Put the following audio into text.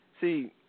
See